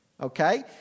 Okay